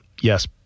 yes